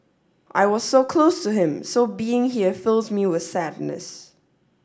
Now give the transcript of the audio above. I was so close to him so being here fills me with sadness